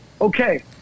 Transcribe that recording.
okay